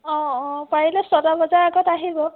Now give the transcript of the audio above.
অঁ অঁ পাৰিলে ছটা বজাৰ আগত আহিব